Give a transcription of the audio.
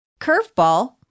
curveball